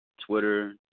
twitter